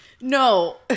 No